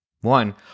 One